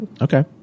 Okay